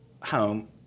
home